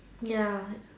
ya